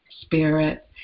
spirit